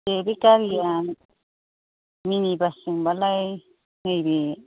ए बे गारिया mini bus जोंब्लालाय नैबे